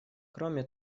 кроме